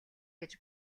гэж